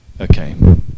Okay